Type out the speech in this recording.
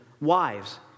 wives